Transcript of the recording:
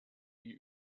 die